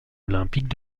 olympiques